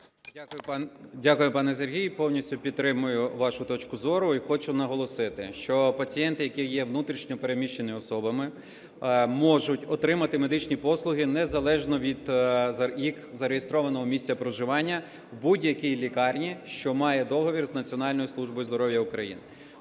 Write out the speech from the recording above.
Дякую, пане Сергію. Повністю підтримую вашу точку зору і хочу наголосити, що пацієнти, які є внутрішньо переміщеними особами, можуть отримати медичні послуги незалежно від їх зареєстрованого місця проживання в будь-якій лікарні, що має договір з Національною службою здоров'я України.